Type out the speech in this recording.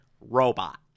Robot